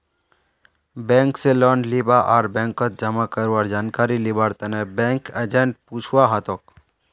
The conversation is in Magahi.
बैंक स लोन लीबा आर बैंकत जमा करवार जानकारी लिबार तने बैंक एजेंटक पूछुवा हतोक